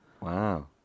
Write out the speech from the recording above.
Wow